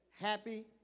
happy